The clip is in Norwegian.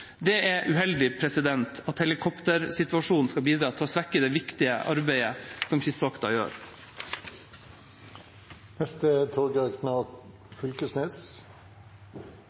Det er uheldig at helikoptersituasjonen skal bidra til å svekke det viktige arbeidet som Kystvakta gjør.